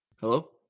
Hello